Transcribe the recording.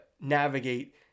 navigate